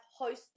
hosted